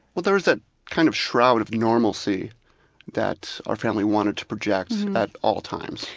well there was that kind of shroud of normalcy that our family wanted to project at all times.